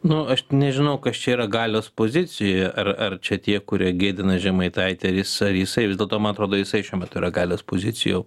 nu aš nežinau kas čia yra galios pozicijoje ar ar čia tie kurie gėdina žemaitaitį ar jis ar jisai vis dėlto man atrodo jisai šiuo metu yra galios pozicijo